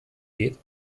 geht